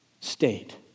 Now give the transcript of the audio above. state